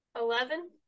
Eleven